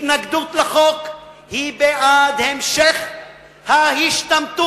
התנגדות לחוק היא בעד המשך ההשתמטות.